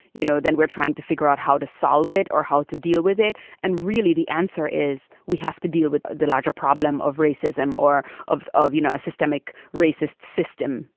you know, then we're trying to figure out how to solve it or how to deal with it and really, the answer is we have to deal with the larger problem of racism or of of, you know, a systemic racist system.